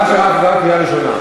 מה שעבר בקריאה ראשונה.